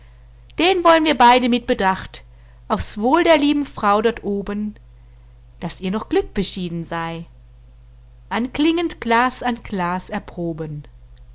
den woll'n wir beide mit bedacht aufs wohl der lieben frau dort oben daß ihr noch glück beschieden sei anklingend glas an glas erproben